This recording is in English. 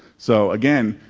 so again,